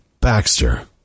Baxter